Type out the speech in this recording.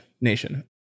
nation